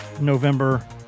November